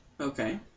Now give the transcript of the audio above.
Okay